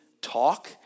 talk